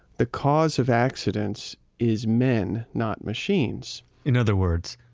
the cause of accidents is men, not machines in other words,